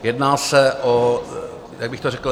Jedná se o jak bych to řekl?